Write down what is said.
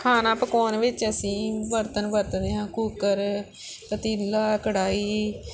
ਖਾਣਾ ਪਕਾਉਣ ਵਿੱਚ ਅਸੀਂ ਬਰਤਨ ਵਰਤਦੇ ਹਾਂ ਕੁੱਕਰ ਪਤੀਲਾ ਕੜਾਹੀ